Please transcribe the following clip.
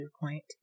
point